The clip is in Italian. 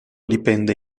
dipende